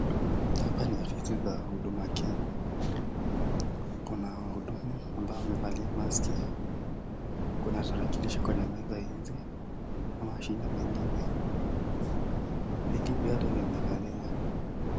Hapa ni afisi za Huduma Kenya . Kuna wahudumu ambao wamevalia maski . Kuna tarakilishi kwenye hizi na mashine mengine. Viti vyote vimekaliwa.